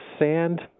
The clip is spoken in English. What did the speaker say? Sand